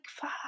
fuck